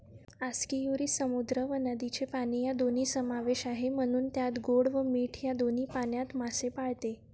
आस्कियुरी समुद्र व नदीचे पाणी या दोन्ही समावेश आहे, म्हणून त्यात गोड व मीठ या दोन्ही पाण्यात मासे पाळते